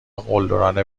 قلدرانه